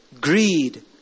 Greed